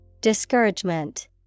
Discouragement